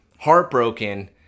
Heartbroken